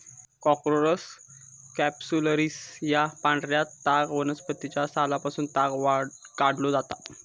Corchorus capsularis या पांढऱ्या ताग वनस्पतीच्या सालापासून ताग काढलो जाता